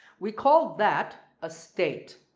we call that a state,